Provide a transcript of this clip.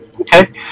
Okay